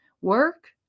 work